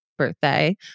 Birthday